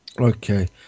Okay